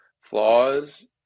flaws